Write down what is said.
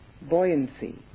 buoyancy